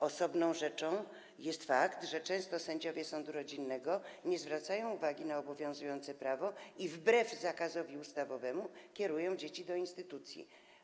Osobną rzeczą jest fakt, że często sędziowie sądu rodzinnego nie zwracają uwagi na obowiązujące prawo i wbrew zakazowi ustawowemu kierują dzieci do instytucji.